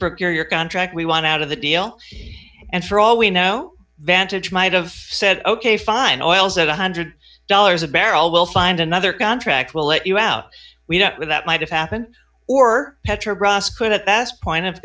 procure your contract we want out of the deal and for all we know vantage might have said ok fine oil's at one hundred dollars a barrel we'll find another contract we'll let you out we don't know that might have happened or petrobras could at that point have